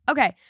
Okay